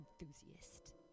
enthusiast